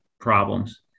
problems